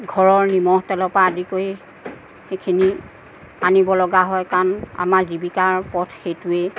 ঘৰৰ নিমখ তেলৰ পৰা আদি কৰি সেইখিনি আনিব লগা হয় কাৰণ আমাৰ জীৱিকাৰ পথ সেইটোৱেই